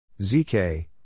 ZK